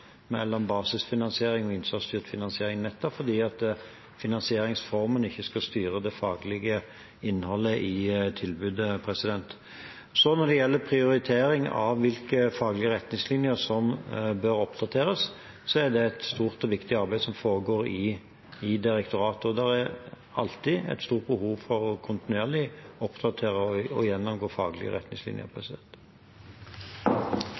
mellom basisfinansiering og innsatsstyrt finansiering – nettopp fordi finansieringsformen ikke skal styre det faglige innholdet i tilbudet. Når det gjelder prioritering av hvilke faglige retningslinjer som bør oppdateres, er det et stort og viktig arbeid som foregår i direktoratet. Det er alltid et stort behov for kontinuerlig å oppdatere og gjennomgå de faglige